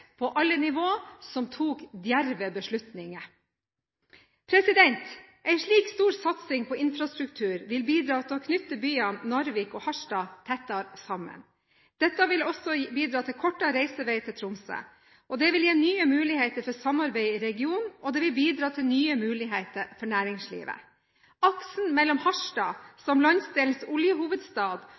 på alle nivå tok djerve beslutninger. En slik stor satsing på infrastruktur vil bidra til å knytte byene Narvik og Harstad tettere sammen. Dette vil også bidra til kortere reisevei til Tromsø. Det vil gi nye muligheter for samarbeid i regionen, og det vil bidra til nye muligheter for næringslivet. Aksen mellom Harstad, som landsdelens